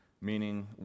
meaning